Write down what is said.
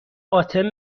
آتن